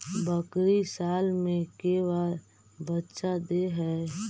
बकरी साल मे के बार बच्चा दे है?